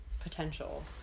potential